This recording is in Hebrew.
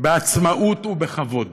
בעצמאות ובכבוד?